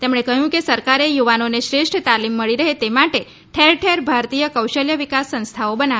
તેમણે કહ્યું કે સરકારે યુવાનોને શ્રેષ્ઠ તાલીમ મળી રહે તે માટે ઠેર ઠેર ભારતીય કૌશ્લ્ય વિકાસ સંસ્થાઓ બનાવી છે